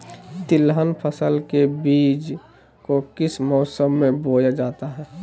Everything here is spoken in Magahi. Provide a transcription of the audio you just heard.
तिलहन फसल के बीज को किस मौसम में बोया जाता है?